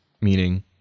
meaning